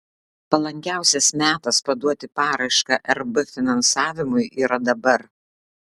palankiausias metas paduoti paraišką rb finansavimui yra dabar